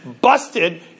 busted